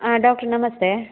ಹಾಂ ಡಾಕ್ಟ್ರ್ ನಮಸ್ತೆ